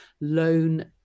loan